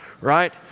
Right